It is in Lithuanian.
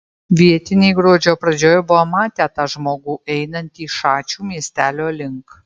vietiniai gruodžio pradžioje buvo matę tą žmogų einantį šačių miestelio link